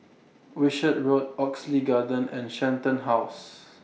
Wishart Road Oxley Garden and Shenton House